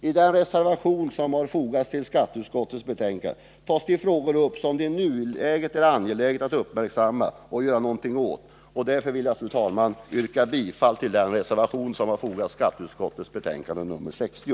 I den reservation som fogas till skatteutskottets betänkande tas de frågor upp som det i nuläget är angeläget att uppmärksamma och göra något åt. Därför vill jag, fru talman, yrka bifall till reservationen i skatteutskottets betänkande nr 60.